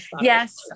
yes